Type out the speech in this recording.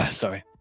sorry